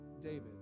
David